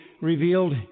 revealed